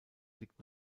liegt